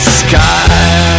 sky